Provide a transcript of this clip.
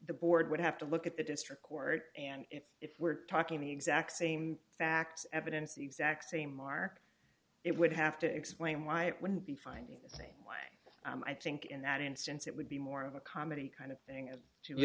the board would have to look at the district court and if we're talking the exact same facts evidence the exact same mark it would have to explain why it wouldn't be finding the same way i think in that instance it would be more of a comedy kind of thing as